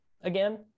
again